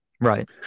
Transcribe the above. Right